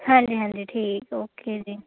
ਹਾਂਜੀ ਹਾਂਜੀ ਠੀਕ ਓਕੇ ਜੀ